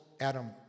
Adam